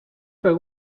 per